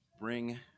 bring